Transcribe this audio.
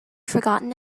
forgotten